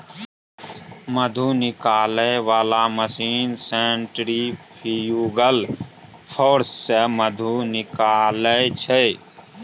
मधु निकालै बला machine centrifugal force सँ मधु निकालै छै